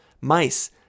mice